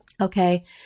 okay